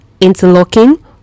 Interlocking